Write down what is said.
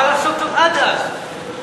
מה לעשות עד אז?